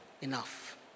enough